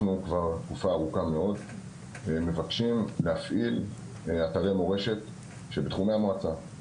אנחנו כבר תקופה ארוכה מאוד מבקשים להפעיל אתרי מורשת שבתחומי המועצה,